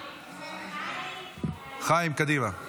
חיים, קדימה.